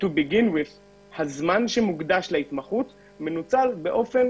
הזמן שמוקדש להתמחות מנוצל באופן